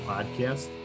Podcast